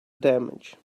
damage